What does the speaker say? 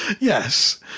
yes